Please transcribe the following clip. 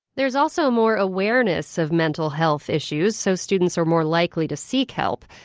there's also more awareness of mental health issues, so students are more likely to seek help,